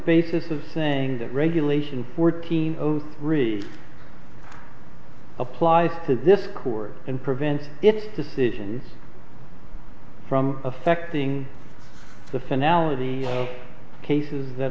basis of saying that regulation fourteen really applies to this court and prevent its decisions from affecting the finality of cases that